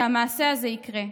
שהמעשה הזה יקרה.